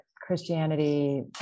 Christianity